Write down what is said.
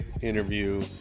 interview